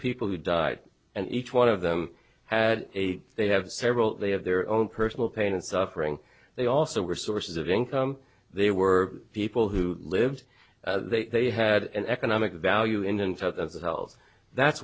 people who died and each one of them had a they have several they have their own personal pain and suffering they also were sources of income they were people who lived they they had an economic value in and out of the health that's